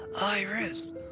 Iris